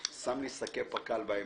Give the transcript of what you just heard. כדי לא להביא לסיום הישיבה עם דבריי,